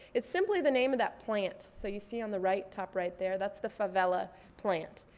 it's simply the name of that plant. so you see on the right, top right there? that's the favela plant.